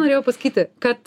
norėjau pasakyti kad